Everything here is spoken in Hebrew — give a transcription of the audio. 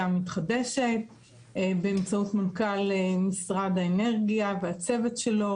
המתחדשת באמצעות מנכ"ל משרד האנרגיה והצוות שלו.